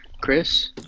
Chris